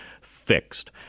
fixed